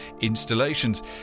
installations